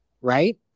right